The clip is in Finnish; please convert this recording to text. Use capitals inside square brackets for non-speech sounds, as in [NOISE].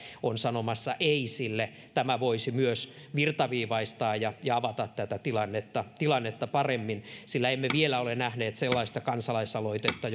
on sanomassa ei sille tämä voisi myös virtaviivaistaa ja ja avata tätä tilannetta tilannetta paremmin sillä emme vielä ole nähneet sellaista kansalaisaloitetta [UNINTELLIGIBLE]